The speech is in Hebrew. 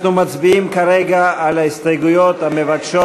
אנחנו מצביעים על הסתייגויות המבקשות